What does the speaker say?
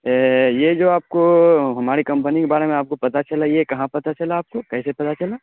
یہ جو آپ کو ہماری کمپنی کے بارے میں آپ کو پتہ چلا یہ کہاں پتہ چلا آپ کو کیسے پتہ چلا